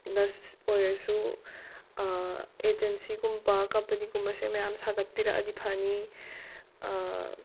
ꯑꯣꯏꯔꯁꯨ ꯑꯦꯖꯦꯟꯁꯤꯒꯨꯝꯕ ꯀꯝꯄꯅꯤꯒꯨꯝꯕꯁꯦ ꯃꯌꯥꯝ ꯁꯥꯒꯠꯄꯤꯔꯛꯑꯗꯤ ꯐꯅꯤ